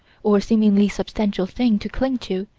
or seemingly substantial thing to cling to,